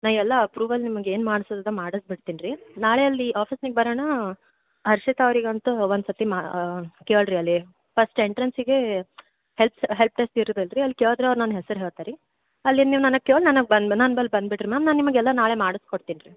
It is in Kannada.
ನಾನು ಎಲ್ಲ ಅಪ್ರುವಲ್ ನಿಮ್ಗೆ ಏನು ಮಾಡ್ಸೋದು ಅದು ಮಾಡಿಸಿ ಬಿಡ್ತೀನಿ ರೀ ನಾಳೆ ಅಲ್ಲಿ ಆಫೀಸಿಗೆ ಬರೋಣ ಹರ್ಷಿತಾ ಅವರಿಗೆ ಅಂತು ಒಂದ್ಸರ್ತಿ ಮಾ ಕೇಳಿ ರೀ ಅಲ್ಲಿ ಫಸ್ಟ್ ಎಂಟ್ರನ್ಸಿಗೆ ಹೆಲ್ಪ್ಸ್ ಹೆಲ್ಪ್ ಡೆಸ್ಕ್ ಇರುತ್ತೆ ಅಲ್ರಿ ಅಲ್ಲಿ ಕೇಳಿದ್ರೆ ಅವ್ರು ನನ್ನ ಹೆಸ್ರು ಹೇಳ್ತಾರೆ ರೀ ಅಲ್ಲಿಂದ ನೀವು ನನಗೆ ಕೇಳು ನನಗೆ ಬಂದು ನಾನು ಅಲ್ಲಿ ಬಂದು ಬಿಡಿರಿ ಮ್ಯಾಮ್ ನಾನು ನಿಮಗೆ ಎಲ್ಲ ನಾಳೆ ಮಾಡಿಸ್ಕೊಡ್ತೀನಿ ರೀ